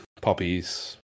poppies